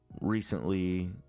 recently